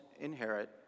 inherit